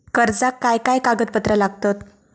कर्जाक काय काय कागदपत्रा लागतत?